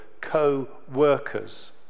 co-workers